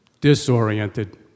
disoriented